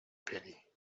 pity